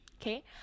Okay